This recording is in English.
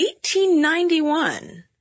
1891